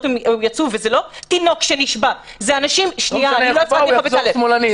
שיצאו וזה לא תינוק שנשבה ----- בא ויחזור שמאלני.